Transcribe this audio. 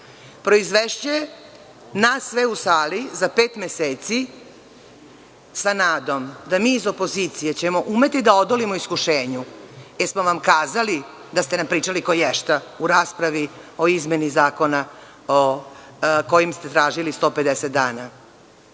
Proizvešće nas sve u sali za pet meseci sa nadom da ćemo mi iz opozicije umeti da odolimo iskušenju - jesmo li vam kazali da ste nam pričali koješta u raspravi o izmeni Zakona kojim ste tražili 150 dana?